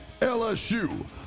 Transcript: LSU